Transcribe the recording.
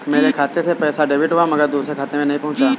मेरे खाते से पैसा डेबिट हुआ मगर दूसरे खाते में नहीं पंहुचा